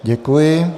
Děkuji.